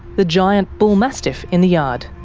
the giant bull mastiff in the yard.